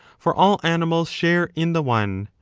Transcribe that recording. for all animals share in the one,